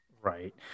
Right